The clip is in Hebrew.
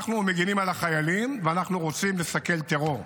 אנחנו מגינים על החיילים, ואנחנו רוצים לסכל טרור,